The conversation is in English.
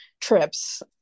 trips